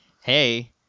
hey